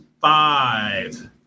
five